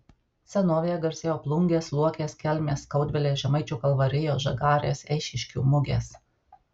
senovėje garsėjo plungės luokės kelmės skaudvilės žemaičių kalvarijos žagarės eišiškių mugės